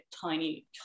tiny